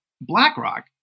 BlackRock